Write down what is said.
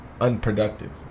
unproductive